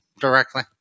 directly